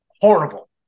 horrible